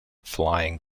flying